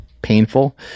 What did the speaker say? painful